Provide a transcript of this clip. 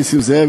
נסים זאב,